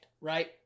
right